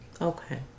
okay